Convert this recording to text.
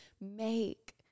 make